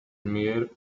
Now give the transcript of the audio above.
მიერ